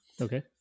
Okay